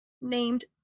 named